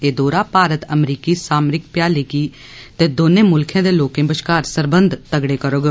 एह दौरा भारत अमरीकी सामरिक भ्याली गी ते दौनें मुल्खै दे लोकें बश्कार सरबंध तगड़े करोग